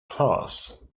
class